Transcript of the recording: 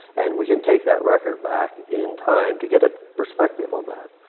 and we can take that record back in time to get a perspective on that.